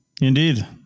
indeed